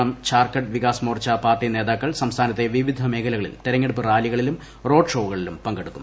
M Jharkhand Vikas Morcha party നേതാക്കൾ സംസ്ഥാനത്തെ വിവിധ മേഖലകളിൽ തെരഞ്ഞെടുപ്പ് റാലികളിലും റോഡ്ഷോകളിലും പങ്കെടുക്കും